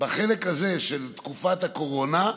בחלק הזה של תקופת הקורונה,